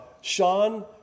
Sean